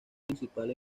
principal